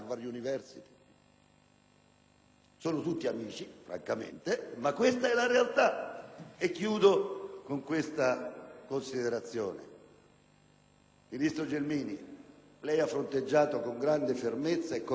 Sono tutti amici, francamente, ma questa è la realtà. In conclusione, signora ministro Gelmini, lei ha fronteggiato con grande fermezza e coraggio questo argomento,